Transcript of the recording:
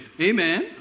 Amen